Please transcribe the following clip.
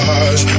eyes